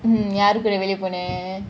mmhmm யாரு கூட வெளிய பொண்ண :yaaru kuda veliya ponna